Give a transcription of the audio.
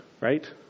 Right